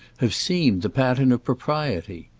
have seemed the pattern of propriety.